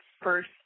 first